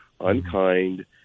unkind